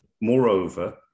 Moreover